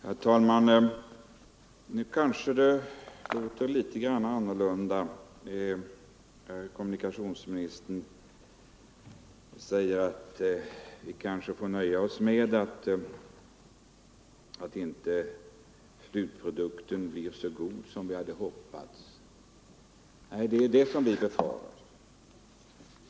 Herr talman! Nu kanske det låter litet annorlunda. Kommunikationsministern säger att vi kanske får nöja oss med att slutprodukten inte blir så god som vi hoppats. Det är det vi befarar.